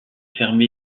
fermé